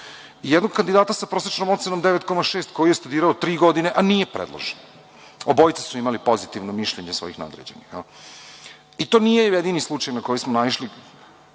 i jednog kandidata sa prosečnom ocenom 9,6 koji je studirao tri godine, a nije predložen. Obojica su imali pozitivno mišljenje svojih nadređenih. I to nije jedini slučaj na koji smo naišli